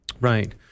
Right